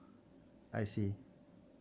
I see